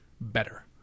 better